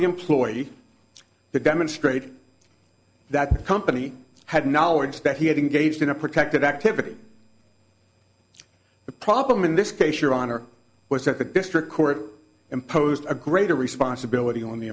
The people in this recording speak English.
the employee to demonstrate that the company had knowledge that he had engaged in a protected activity the problem in this case your honor was that the district court imposed a greater responsibility on the